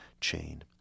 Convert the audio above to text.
chain